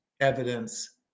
evidence